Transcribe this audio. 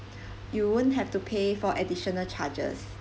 you won't have to pay for additional charges